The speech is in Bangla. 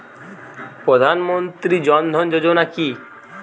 প্রধান মন্ত্রী জন ধন যোজনা কি?